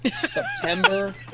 September